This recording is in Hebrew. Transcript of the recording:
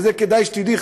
ואת זה כדאי שתדעי,